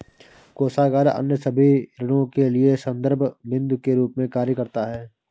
कोषागार अन्य सभी ऋणों के लिए संदर्भ बिन्दु के रूप में कार्य करता है